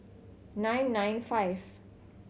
nine nine five